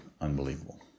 unbelievable